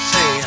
Say